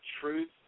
truth